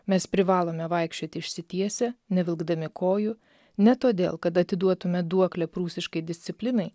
mes privalome vaikščioti išsitiesę nevilkdami kojų ne todėl kad atiduotume duoklę prūsiškai disciplinai